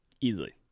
Easily